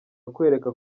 akwereka